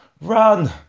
Run